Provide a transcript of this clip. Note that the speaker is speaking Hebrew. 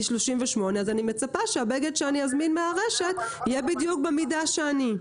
38 אז אני מצפה שהבגד שאני אזמין מהרשת יהיה בדיוק במידה שלי.